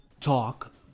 talk